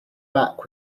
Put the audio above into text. back